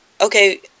okay